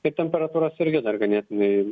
ir temperatūros irgi dar ganėtinai